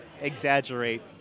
exaggerate